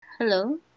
Hello